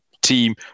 team